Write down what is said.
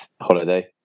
holiday